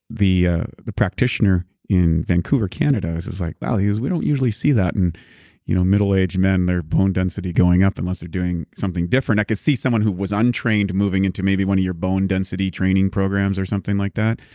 the ah the practitioner in vancouver, canada was like, wow, yeah we don't usually see that in you know middle age man, their bone density going up unless they're doing something different. i can see someone who was untrained moving into maybe one of your bone density training programs or something like that,